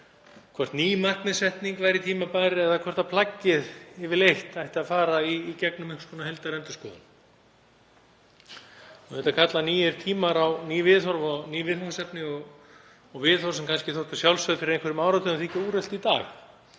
hvort ný markmiðssetning væri tímabær eða hvort plaggið allt ætti að fara í gegnum einhvers konar heildarendurskoðun. Auðvitað kalla nýir tímar á ný viðhorf og ný viðfangsefni og viðhorf sem þóttu kannski sjálfsögð fyrir einhverjum áratugum þykja úrelt í dag.